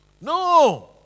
No